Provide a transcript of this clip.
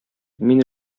мин